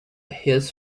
his